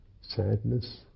Sadness